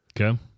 Okay